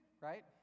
right